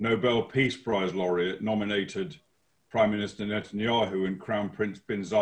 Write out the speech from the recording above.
המונח וכך אנחנו מאמצים את ההגדרה שמקובלת על מדינות רבות,